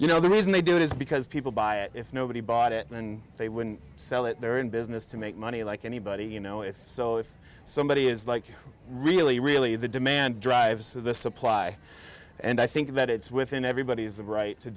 you know the reason they do it is because people buy it if nobody bought it and they wouldn't sell it they're in business to make money like anybody you know if so if somebody is like really really the demand drives the supply and i think that it's within everybody's right to